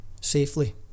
safely